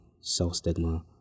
self-stigma